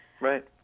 Right